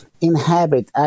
inhabit